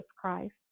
Christ